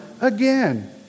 again